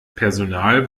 personal